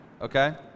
Okay